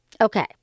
Okay